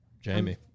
Jamie